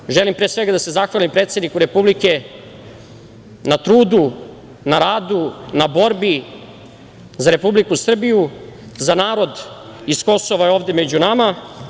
Na kraju želim pre svega da se zahvalim predsedniku Republike na trudu, na radu, na borbi za Republiku Srbiju, za narod iz Kosova je ovde među nama.